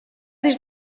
des